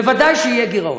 ודאי שיהיה גירעון.